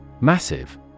Massive